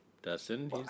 Dustin